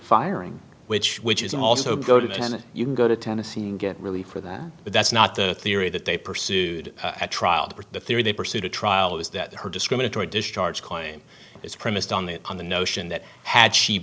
firing which which is also go to the senate you can go to tennessee and get relief for that but that's not the theory that they pursued at trial but the theory they pursue to trial is that her discriminatory discharge claim is premised on the on the notion that had she